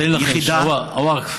תן לי לנחש: הווקף,